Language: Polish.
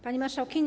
Pani Marszałkini!